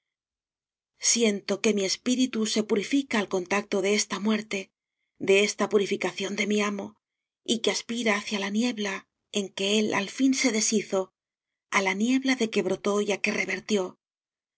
siento que mi espíritu se purifica al contacto de esta muerte de esta purificación de mi amo y que aspira hacia la niebla en que él al fin se deshizo a la niebla de que brotó y